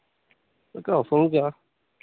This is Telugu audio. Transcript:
అక్క ఫోన్ క్యా